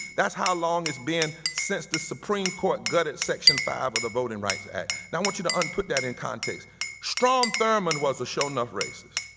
that's how long it's been since the supreme court gutted section five of the voting rights act now, i want you to and put that in context strom thurmond was a sure enough racist.